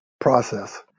process